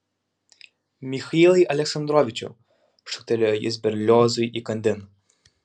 michailai aleksandrovičiau šūktelėjo jis berliozui įkandin